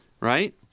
Right